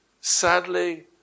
sadly